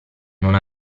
non